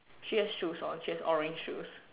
she has shoes on she has orange shoes